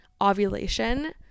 ovulation